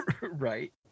Right